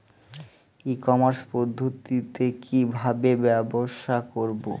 ই commerce পদ্ধতিতে কি ভাবে ব্যবসা করব?